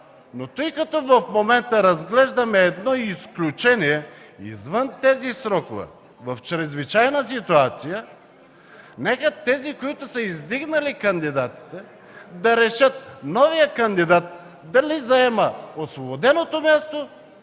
Но тъй като в момента разглеждаме едно изключение, извън тези срокове, в чрезвичайна ситуация, нека тези, които са издигнали кандидатите да решат новият кандидат дали заема освободеното място